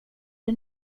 det